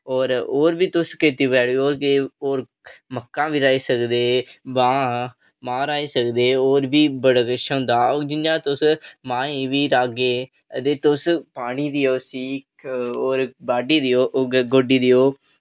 और होर बी तुस खेती बाड़ी मक्कां बी राही सकदे मांह् मांह् राही सकदे होर बी बड़े जैदा किश होंदा कि तुस माहें गी राह्गे तुस पानी देओ उसी बाड्ढी देओ उसी ओह् देओ गोड्डी देओ